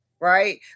right